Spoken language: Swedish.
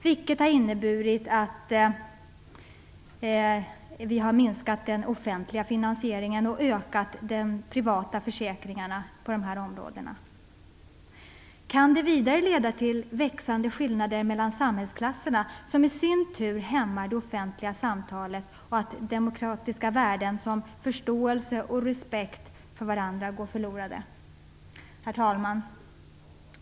Det har inneburit att den offentliga finansieringen har minskat och de privata försäkringarna på de här områdena ökat. Kan detta vidare leda till växande skillnader mellan samhällsklasserna, som i sin tur hämmar det offentliga samtalet, och till att demokratiska värden som förståelse och respekt för varandra går förlorade? Herr talman!